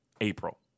April